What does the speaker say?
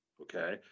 okay